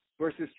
versus